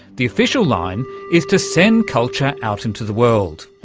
the official line is to send culture out into the world.